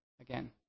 again